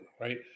right